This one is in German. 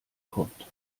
kommt